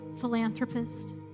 philanthropist